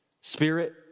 spirit